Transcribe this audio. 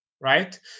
right